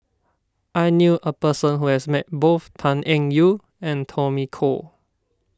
I knew a person who has met both Tan Eng Yoon and Tommy Koh